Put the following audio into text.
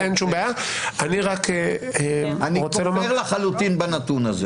אני כופר לחלוטין בנתון הזה.